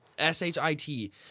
S-H-I-T